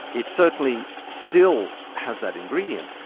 it certainly still has that ingredient,